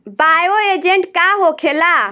Bio agent का होखेला?